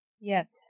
Yes